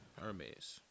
Hermes